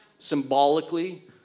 symbolically